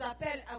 appelle